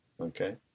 Okay